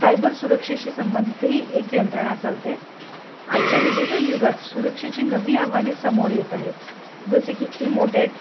cyber सुरक्षेशी संबंधितही एक यंत्रणा चालते आजच्या डिजिटल युगात सुरक्षेची नवी आव्हाने समोर येत आहेत जसे की इमोटेट